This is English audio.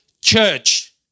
church